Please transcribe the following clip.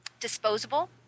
disposable